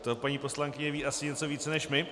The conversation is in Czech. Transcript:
To paní poslankyně ví asi něco víc než my.